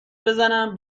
بزنم